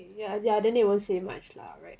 ya ya then they won't say much lah [right]